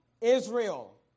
Israel